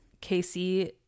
Casey